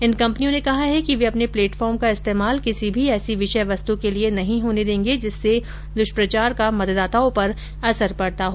इन कंपनियों ने कहा है कि वे अपने प्लेटफार्म का इस्तेमाल किसी भी ऐसी विषय वस्तु के लिए नहीं होने देंगे जिससे दुष्प्रचार का मतदाताओं पर असर पड़ता हो